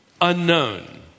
unknown